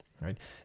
right